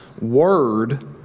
word